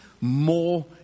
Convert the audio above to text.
more